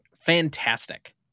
fantastic